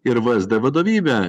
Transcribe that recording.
ir v ez d vadovybė